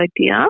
idea